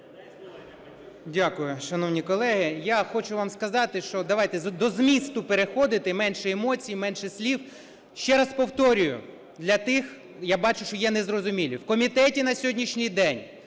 Дякую. Шановні колеги, я хочу вам сказати, що давайте до змісту переходити, менше емоцій, менше слів. Ще раз повторюю для тих, я бачу, що є незрозумілі. У комітеті на сьогоднішній день